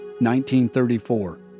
1934